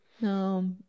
No